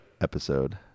episode